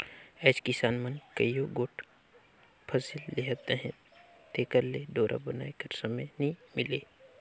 आएज किसान मन कइयो गोट फसिल लेहत अहे तेकर ले डोरा बनाए कर समे नी मिले